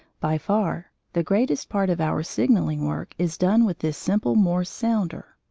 by far the greatest part of our signalling work is done with this simple morse sounder.